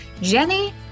Jenny